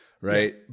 right